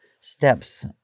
steps